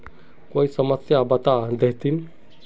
कोई समस्या बता देतहिन?